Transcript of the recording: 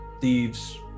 thieves